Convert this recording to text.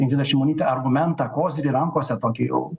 ingrida šimonytė argumentą kozirį rankose tokį jau